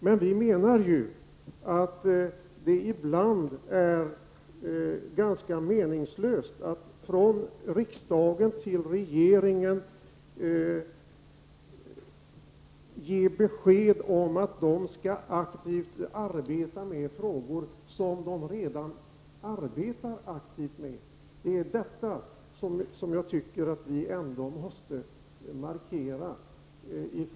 Men vi menar att det är ganska meningslöst att från riksdagen ge regeringen besked om att den skall aktivt arbeta med frågor som den redan arbetar aktivt med. Detta måste vi från majoritetens sida ändå markera.